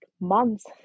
months